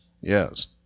Yes